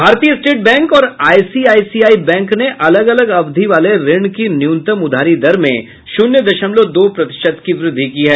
भारतीय state bank और ICICI bank ने अलग अलग अवधि वाले ऋण की न्यूनतम उधारी दर में शून्य दशमलव दो प्रतिशत की वृद्धि की है